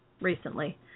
recently